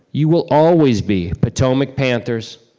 you will always be patomac panthers,